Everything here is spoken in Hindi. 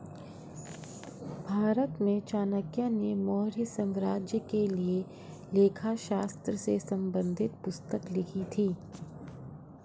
भारत में चाणक्य ने मौर्य साम्राज्य के लिए लेखा शास्त्र से संबंधित पुस्तक लिखी थी